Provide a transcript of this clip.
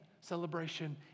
celebration